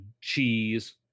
cheese